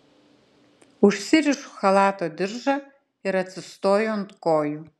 užsirišu chalato diržą ir atsistoju ant kojų